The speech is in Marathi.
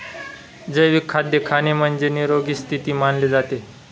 जैविक खाद्य खाणे म्हणजे, निरोगी स्थिती मानले जाते